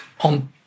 on